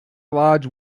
large